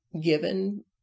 given